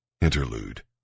Interlude